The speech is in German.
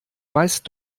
meist